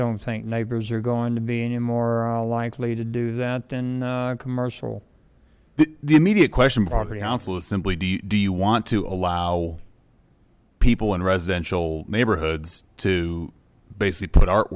don't think neighbors are going to be any more likely to do that than commercial the immediate question property hounslow simply do you want to allow people in residential neighborhoods to basically put